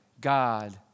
God